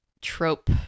trope